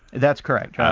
that's correct. yeah